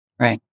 right